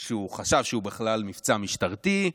שהוא חשב שהוא בכלל מבצע משטרתי.